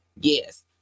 Yes